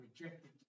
rejected